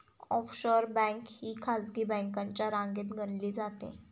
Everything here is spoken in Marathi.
ऑफशोअर बँक ही खासगी बँकांच्या रांगेत गणली जाते